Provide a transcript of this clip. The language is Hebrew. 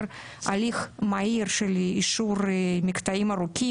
הליך מהיר של אישור מקטעים ארוכים,